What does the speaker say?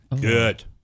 Good